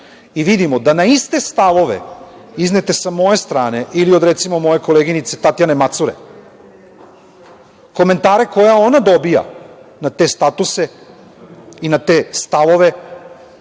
i vidimo da na iste stavove, iznete sa moje strane, ili od, recimo, moje koleginice Tatjane Macure, komentare koje ona dobija na te statuse i na te stavove